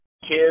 kids